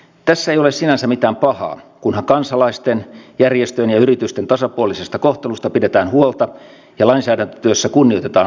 on varmaan niitä jotka ovat lähteneet niin sanottuja parempia maita katsomaan mutta on tosiaan hädässä olevia ihmisiä